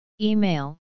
Email